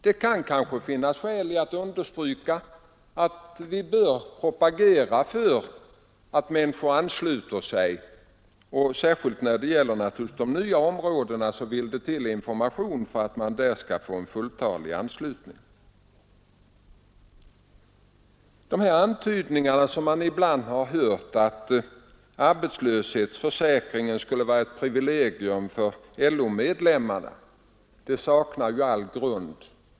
Det kan kanske finnas skäl att understryka att vi bör propagera för att människor ansluter sig. Särskilt när det gäller de nya områdena behövs det naturligtvis information för att en fulltalig anslutning skall komma till stånd. De antydningar man ibland hör att arbetslöshetsförsäkringen skulle vara ett privilegium för LO-medlemmar saknar all grund.